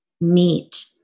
meet